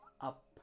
up